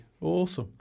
awesome